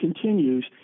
continues